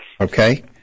Okay